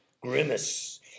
grimace